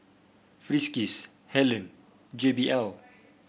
Friskies Helen J B L